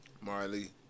Marley